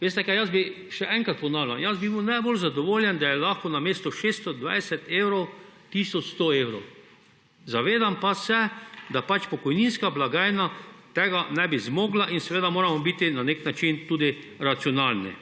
Še enkrat ponavljam, jaz bi bil najbolj zadovoljen, da je lahko namesto 620 evrov tisoč 100 evrov, zavedam pa se, da pokojninska blagajna tega ne bi zmogla; in seveda moramo biti na nek način tudi racionalni.